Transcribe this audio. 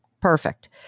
Perfect